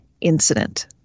incident